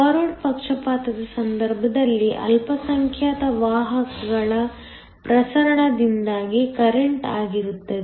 forward ಪಕ್ಷಪಾತದ ಸಂದರ್ಭದಲ್ಲಿ ಅಲ್ಪಸಂಖ್ಯಾತ ವಾಹಕಗಳ ಪ್ರಸರಣದಿಂದಾಗಿ ಕರೆಂಟ್ ಆಗಿರುತ್ತದೆ